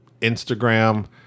Instagram